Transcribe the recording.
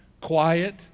quiet